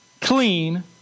clean